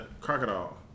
crocodile